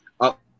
up